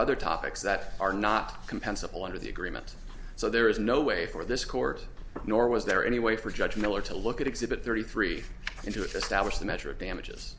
other topics that are not compensable under the agreement so there is no way for this court nor was there any way for judge miller to look at exhibit thirty three and to establish the measure of damages